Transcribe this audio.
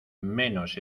menos